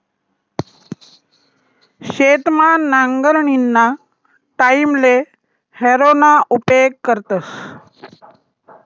शेतमा नांगरणीना टाईमले हॅरोना उपेग करतस